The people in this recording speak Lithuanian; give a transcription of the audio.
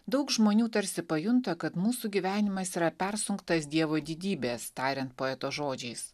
daug žmonių tarsi pajunta kad mūsų gyvenimas yra persunktas dievo didybės tariant poeto žodžiais